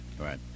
Right